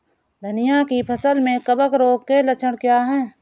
धनिया की फसल में कवक रोग के लक्षण क्या है?